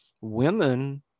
women